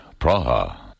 Praha